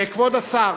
כבוד השר,